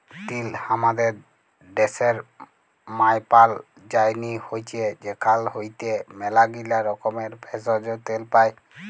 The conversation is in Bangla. তিল হামাদের ড্যাশের মায়পাল যায়নি হৈচ্যে সেখাল হইতে ম্যালাগীলা রকমের ভেষজ, তেল পাই